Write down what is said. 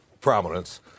prominence